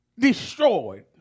Destroyed